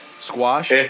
Squash